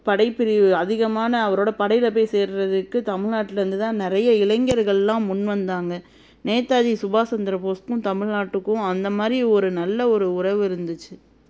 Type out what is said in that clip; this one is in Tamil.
படைப்பிரிவு அதிகமான அவரோடய படையில் போய் சேருகிறதுக்கு தமிழ்நாட்டுல இருந்து தான் நிறைய இளைஞர்கள்லாம் முன் வந்தாங்க நேதாஜி சுபாஷ் சந்திர போஸ்க்கும் தமிழ்நாட்டுக்கும் அந்த மாதிரி ஒரு நல்ல ஒரு உறவு இருந்துச்சு